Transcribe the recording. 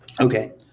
okay